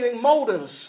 motives